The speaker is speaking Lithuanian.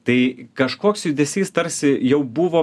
tai kažkoks judesys tarsi jau buvo